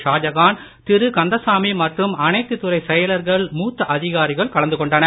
ஷாஜகான் திரு கந்தசாமி மற்றும் அனைத்து துறை செயலர்கள் மூத்த அதிகாரிகள் கலந்து கொண்டனர்